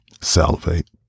salivate